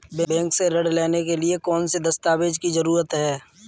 Bank से ऋण लेने के लिए कौन से दस्तावेज की जरूरत है?